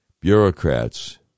bureaucrats